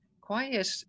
quiet